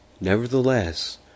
Nevertheless